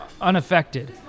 unaffected